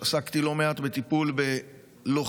עסקתי לא מעט בטיפול בלוחמים,